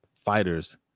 Fighters